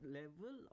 level